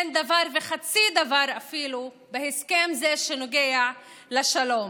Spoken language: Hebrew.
אין דבר וחצי דבר אפילו בהסכם זה שנוגע לשלום.